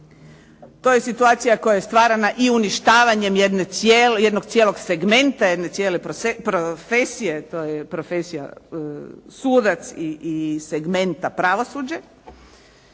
To je situacija koja je stvarana i uništavanjem jednog cijelog segmenta, jedne cijele profesije. To je profesija sudac i segmenta pravosuđe,